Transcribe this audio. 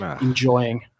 enjoying